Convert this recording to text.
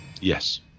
Yes